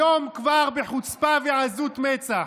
היום כבר בחוצפה ועזות מצח.